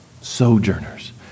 sojourners